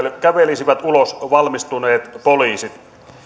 kävelisivät ulos valmistuneet poliisit